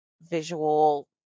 visual